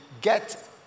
get